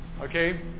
Okay